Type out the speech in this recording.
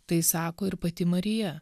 tai sako ir pati marija